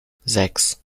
sechs